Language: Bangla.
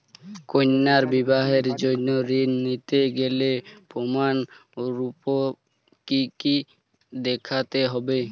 কন্যার বিবাহের জন্য ঋণ নিতে গেলে প্রমাণ স্বরূপ কী কী দেখাতে হবে?